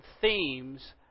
themes